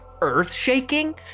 earth-shaking